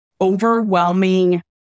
overwhelming